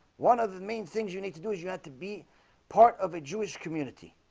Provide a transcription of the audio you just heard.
one of the main things you need to do is you have to be part of a jewish community